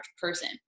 person